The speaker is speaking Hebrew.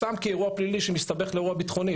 סתם כאירוע פלילי שמסתבך לאירוע ביטחוני,